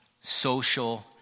social